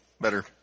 better